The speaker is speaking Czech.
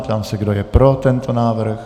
Ptám se, kdo je pro tento návrh.